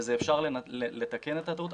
ואפשר לתקן את הטעות,